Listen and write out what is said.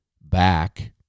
back